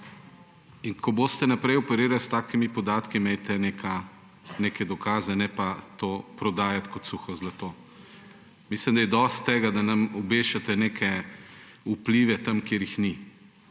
In ko boste naprej operirali s takimi podatki imejte neke dokaze, ne pa to prodajati kot suho zlato. Mislim, da je dosti tega, da nam obešate neke vplive tam, kjer jih ni,